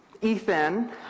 Ethan